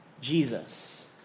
Jesus